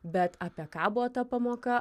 bet apie ką buvo ta pamoka